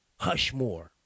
Hushmore